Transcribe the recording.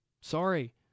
Sorry